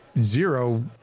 zero